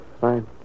fine